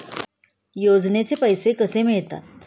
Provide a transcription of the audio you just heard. योजनेचे पैसे कसे मिळतात?